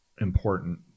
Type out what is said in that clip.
important